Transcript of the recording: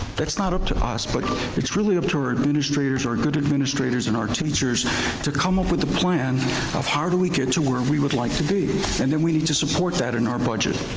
that's not up to us but it's really up to our administrators, our good administrators and our teachers to come up with a plan of how do we get to where we would like to be and then we need to support that in our budget,